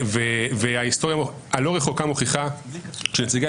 וההיסטוריה הלא רחוקה מוכיחה שנציגי